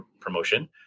promotion